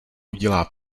udělá